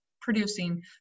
producing